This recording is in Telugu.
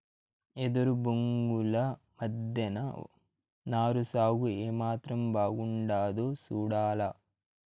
ఎదురు బొంగుల మద్దెన నారు సాగు ఏమాత్రం బాగుండాదో సూడాల